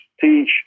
teach